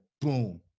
Boom